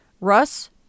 Russ